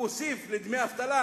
הוא הוסיף לדמי האבטלה